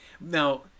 Now